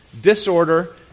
disorder